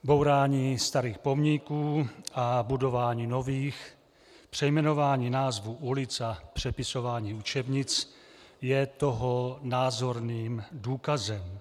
Bourání starých pomníků a budování nových, přejmenování názvů ulic a přepisování učebnic je toho názorným důkazem.